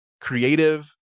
creative